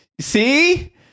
See